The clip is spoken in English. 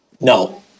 No